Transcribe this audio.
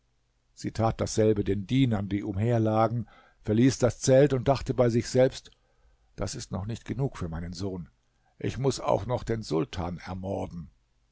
tat dasselbe den dienern die umherlagen verließ das zelt und dachte bei sich selbst das ist noch nicht genug für meinen sohn ich muß auch noch den sultan ermorden